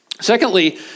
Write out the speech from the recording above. Secondly